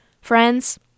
friends